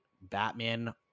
Batman